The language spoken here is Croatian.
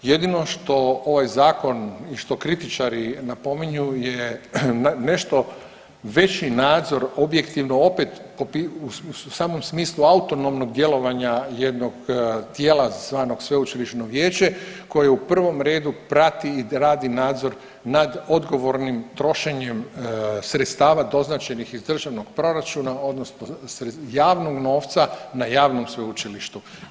Jedino što ovaj zakon i što kritičari napominju je nešto veći nadzor objektivno opet u samom smislu autonomnog djelovanja jednog tijela zvanog sveučilišno vijeće koje u prvom redu prati i radi nadzor nad odgovornim trošenjem sredstava doznačenih iz državnog proračuna odnosno javnog novca na javnom sveučilišta.